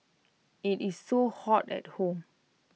IT is so hot at home